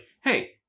hey